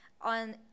on